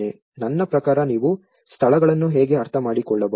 ನನ್ನ ಪ್ರಕಾರ ನೀವು ಸ್ಥಳಗಳನ್ನು ಹೇಗೆ ಅರ್ಥಮಾಡಿಕೊಳ್ಳಬಹುದು